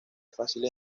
fáciles